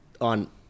on